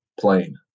Plain